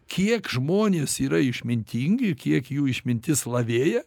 kiek žmonės yra išmintingi kiek jų išmintis lavėja